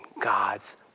God's